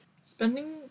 Spending